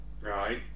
right